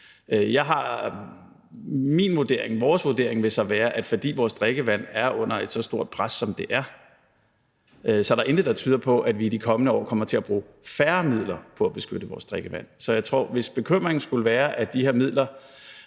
vores vurdering, vil så være, at fordi vores drikkevand er under et så stort pres, som det er, så er der intet, der tyder på, at vi i de kommende år kommer til at bruge færre midler på at beskytte vores drikkevand. Så hvis bekymringen skulle være, at de her midler